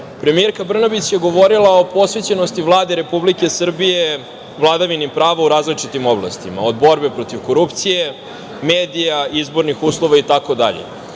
premijerka Brnabić je govorila o posvećenosti Vlade Republike Srbije vladavini prava u različitim oblastima, od borbe protiv korupcije, medija, izbornih uslova itd.